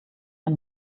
ein